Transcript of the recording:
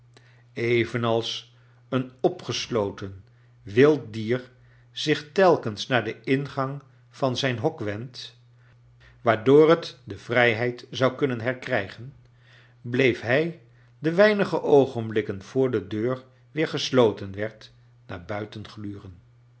evenals een opgesloten wild dier zich telkens naar den ingang van zijn hok wendt waardoor bet de vrijheid zou kunnen herkrijgen bleef hij de weinige oogenblikken voor de deur weer gesloten werd iiaar buiten gluren